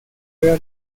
era